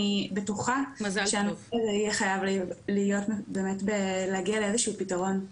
אני בטוחה שהנושא הזה יהיה חייב להגיע לאיזה שהוא פתרון.